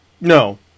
No